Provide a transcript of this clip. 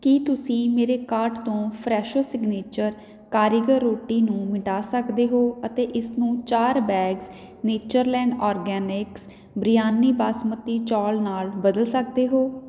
ਕੀ ਤੁਸੀਂ ਮੇਰੇ ਕਾਰਟ ਤੋਂ ਫਰੈਸ਼ੋ ਸਿਗਨੇਚਰ ਕਾਰੀਗਰ ਰੋਟੀ ਨੂੰ ਮਿਟਾ ਸਕਦੇ ਹੋ ਅਤੇ ਇਸਨੂੰ ਚਾਰ bags Natureland organics biryani basmati ਚੌਲ ਨਾਲ ਬਦਲ ਸਕਦੇ ਹੋ